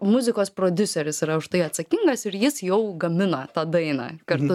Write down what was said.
muzikos prodiuseris yra už tai atsakingas ir jis jau gamina tą dainą kartu